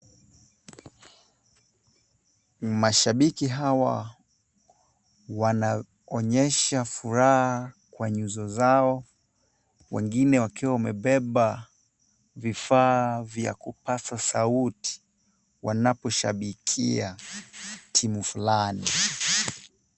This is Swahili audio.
Mashabiki hawa wanaonyesha furaha kwa nyuso zao, wengine wakiwa wamebeba vifaa vya kupaza sauti wanaposhabikia timu fulani.